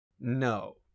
No